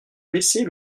baisser